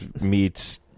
meets